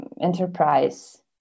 enterprise